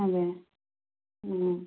അതെ ആ